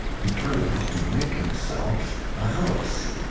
determined to make himself a house.